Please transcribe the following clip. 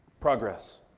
progress